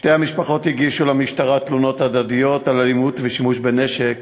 שתי המשפחות הגישו למשטרה תלונות הדדיות על אלימות ושימוש בנשק